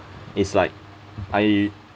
is like I